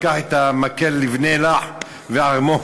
לקח "מקל לבנה לח ולוז וערמון